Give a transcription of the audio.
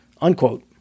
Unquote